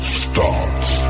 starts